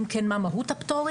אם כן מה מהות הפטורים.